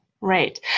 right